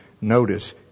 notice